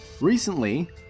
Recently